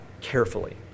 carefully